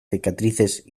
cicatrices